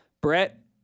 Brett